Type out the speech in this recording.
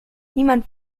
niemand